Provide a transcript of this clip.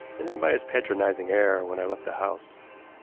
and then by his patronizing air when i left the house.